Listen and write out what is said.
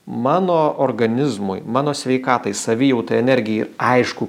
mano organizmui mano sveikatai savijautai energijai aišku